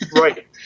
Right